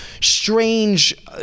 strange